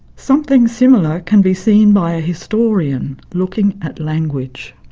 something similar can be seen by a historian looking at language.